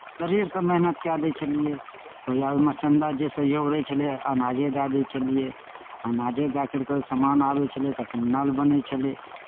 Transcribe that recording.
शरीरसँ मेहनत कए दै छलियै उएहमे चन्दा जे सहयोग रहै छलै अनाजे दए दै छलियै अनाजे दए करि कऽ सामान आबै छलै तखन नल बनै छलै